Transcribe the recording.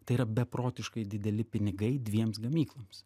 tai yra beprotiškai dideli pinigai dviems gamykloms